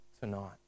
tonight